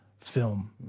film